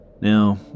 Now